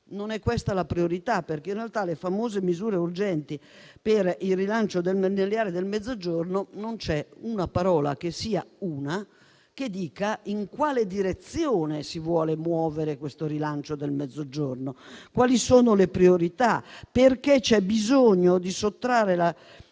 Non è questa la priorità, perché in realtà, rispetto alle famose misure urgenti per il rilancio delle aree del Mezzogiorno, non c'è una parola che sia una che dica in quale direzione si vuole muovere questo rilancio, quali sono le priorità, perché c'è bisogno di sottrarre la